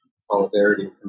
solidarity